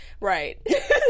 Right